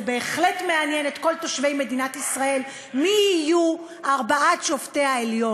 וזה בהחלט מעניין את כל תושבי מדינת ישראל מי יהיו ארבעת שופטי העליון,